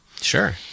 Sure